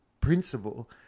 principle